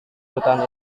hutan